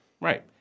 Right